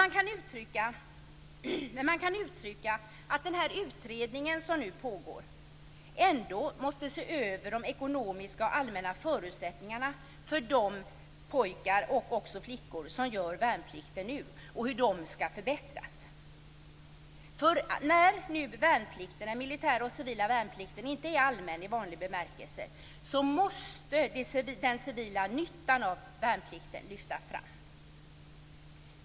Man kan uttrycka att den utredningen som nu pågår ändå måste se över de ekonomiska och allmänna förutsättningarna för de pojkar och flickor som nu gör värnplikten och hur de skall förbättras. När nu den militära och civila värnplikten inte är allmän i vanlig bemärkelse måste den civila nyttan av värnplikten lyftas fram.